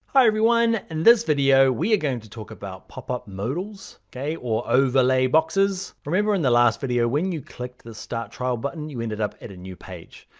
hi everyone, in this video we are going to. talk about popup modals or overlay boxes. remember in the last video, when you clicked the start trial button. you ended up at a new page.